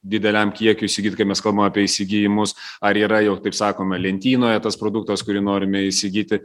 dideliam kiekiui įsigyt kai mes kalbam apie įsigijimus ar yra jau taip sakoma lentynoje tas produktas kurį norime įsigyti